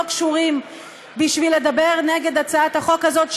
קשורים בשביל לדבר נגד הצעת החוק הזאת,